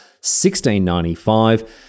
1695